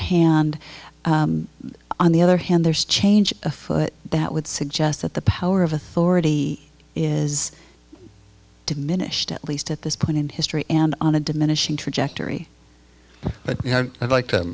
hand on the other hand there's change afoot that would suggest that the power of authority is diminished at least at this point in history and on a diminishing trajectory but i'd like to